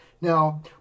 Now